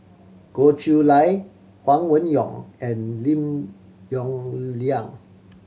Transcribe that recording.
Goh Chiew Lye Huang Wenhong and Lim Yong Liang